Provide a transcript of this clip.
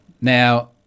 Now